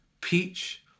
Peach